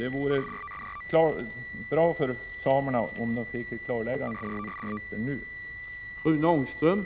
Det vore bra för samerna att få ett klarläggande av jordbruksministern nu.